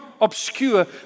obscure